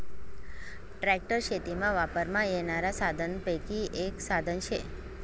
tractor शेतीमा वापरमा येनारा साधनेसपैकी एक साधन शे